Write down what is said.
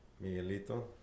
Miguelito